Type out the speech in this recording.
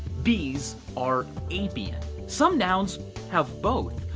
bees are apian. some nouns have both.